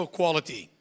quality